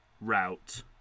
route